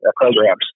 programs